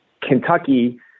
Kentucky